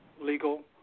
legal